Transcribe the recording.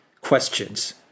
questions